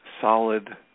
solid